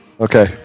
Okay